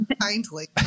kindly